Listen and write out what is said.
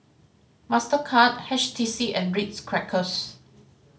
Mastercard H T C and Ritz Crackers